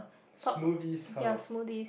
smoothie house